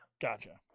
Gotcha